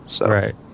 Right